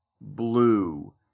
blue